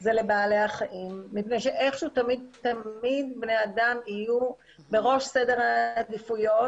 זה לבעלי החיים מפני שאיכשהו תמיד תמיד בני אדם יהיו בראש סדר העדיפויות